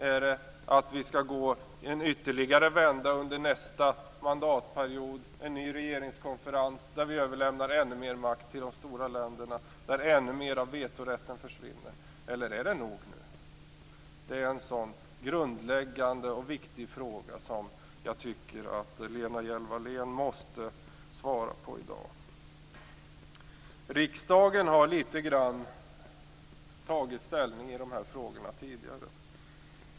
Är det att vi skall gå en ytterligare vända under nästa mandatperiod, en ny regeringskonferens, där vi överlämnar ännu mer makt till de stora länderna, där ännu mer av vetorätten försvinner, eller är det nog nu? Det är en sådan grundläggande och viktig fråga som jag tycker att Lena Hjelm-Wallén måste svara på i dag. Riksdagen har litet grand tagit ställning i de här frågorna tidigare.